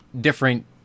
different